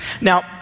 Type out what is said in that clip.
Now